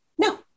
No